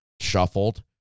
Shuffled